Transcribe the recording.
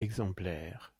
exemplaires